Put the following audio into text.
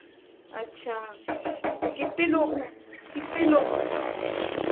अच्छा तो कितने लोग हैं कितने लोग हैं